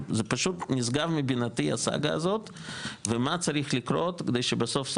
זה פשוט נשגב מבינתי הסגה הזאת ומה צריך לקרות שבסוף,